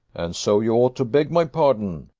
and so you ought to beg my pardon,